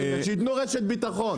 שיתנו רשת בטחון.